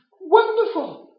Wonderful